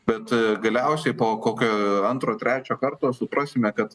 bet galiausiai po kokio antro trečio karto suprasime kad